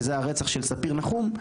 וזה הרצח של ספיר נחום,